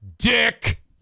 Dick